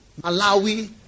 Malawi